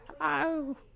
Hello